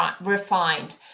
refined